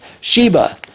Sheba